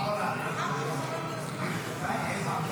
לא נתקבלה.